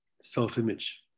self-image